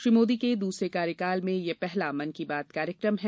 श्री मोदी के दूसरे कार्यकाल में यह पहला मन की बात कार्यक्रम है